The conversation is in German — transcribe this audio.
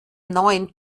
neuen